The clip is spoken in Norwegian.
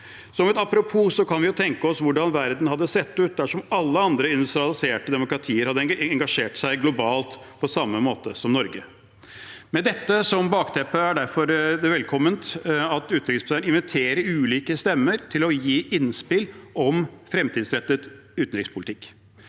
Som et apropos kan vi jo tenke oss hvordan verden hadde sett ut dersom alle andre industrialiserte demokratier hadde engasjert seg globalt på samme måte som Norge. Med dette som bakteppe er det derfor velkomment at utenriksministeren inviterer ulike stemmer til å gi innspill om fremtidsrettet utenrikspolitikk.